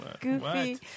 Goofy